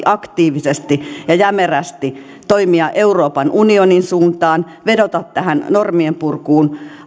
aktiivisesti ja jämerästi toimia euroopan unionin suuntaan vedota tähän normien purun